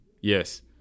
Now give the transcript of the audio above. Yes